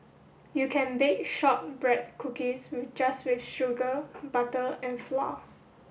you can bake shortbread cookies just with sugar butter and flour